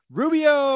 rubio